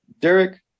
Derek